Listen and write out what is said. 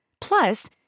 Plus